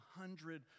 hundred